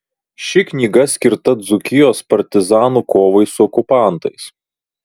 ši knyga skirta dzūkijos partizanų kovai su okupantais